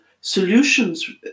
solutions